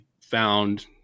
found